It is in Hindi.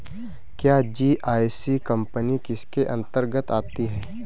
क्या जी.आई.सी कंपनी इसके अन्तर्गत आती है?